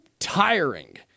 tiring